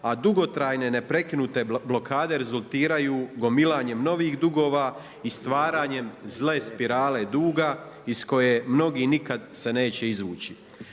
a dugotrajne neprekinute blokade rezultiraju gomilanjem novih dugova i stvaranjem zle spirale duga iz koje mnogi nikada se neće izvući.